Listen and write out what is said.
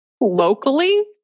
Locally